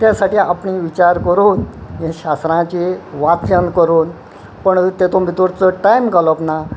ते साठी आपणे विचार करून हे शास्त्रांचे वाचन करून पण तेतून भितर चड टायम घालप ना